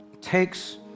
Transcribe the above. takes